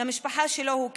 למשפחה שלו הוא כתב: